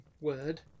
word